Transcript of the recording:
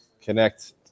connect